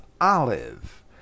Olive